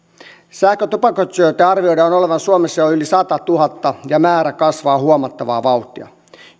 sähkötupakoitsijoita arvioidaan olevan suomessa jo yli satatuhatta ja määrä kasvaa huomattavaa vauhtia